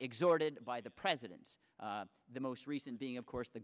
exhorted by the presidents the most recent being of course the